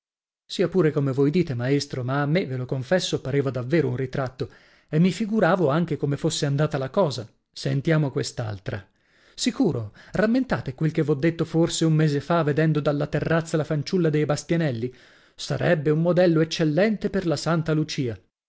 sia pure come voi dite maestro ma a me ve lo confesso pareva davvero un ritratto e mi figuravo anche come fosse andata la cosa sentiamo quest'altra sicuro rammentate quel che v'ho detto forse un mese fa vedendo dalla terrazza la fanciulla dei bastianelli sarebbe un modello eccellente per la santa lucia